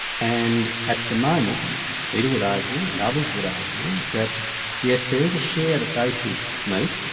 and at the moment peter would argue, and others would argue that yes, there is a share that they should meet,